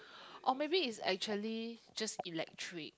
or maybe is actually just electric